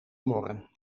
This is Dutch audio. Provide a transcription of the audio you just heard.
morren